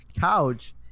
couch